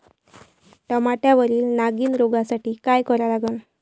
टमाट्यावरील नागीण रोगसाठी काय करा लागन?